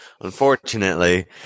unfortunately